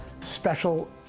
special